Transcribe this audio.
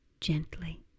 gently